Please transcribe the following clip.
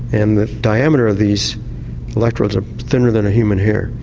and the diameter of these electrodes are thinner than a human hair,